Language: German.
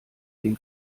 den